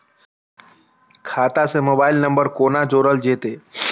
खाता से mobile number कोना जोरल जेते?